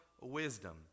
wisdom